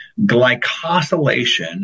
glycosylation